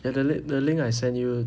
ya the li~ the link I sent you